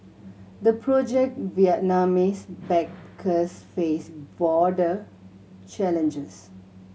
the project Vietnamese backers face broader challenges